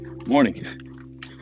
morning